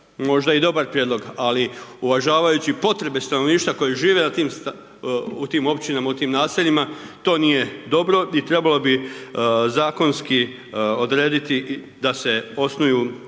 možda i dobar prijedlog, ali uvažavajući potrebe stanovništva koji žive u tim općinama, u tim naseljima, to nije dobro i trebalo bi zakonski odrediti da se osnuju knjižnice